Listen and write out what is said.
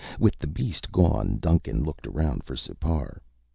with the beast gone, duncan looked around for sipar.